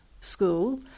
school